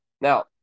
Now